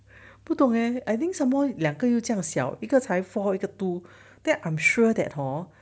不懂 leh I think some more 两个又这样小一个才 four 一个 two that I'm sure that hor